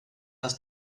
das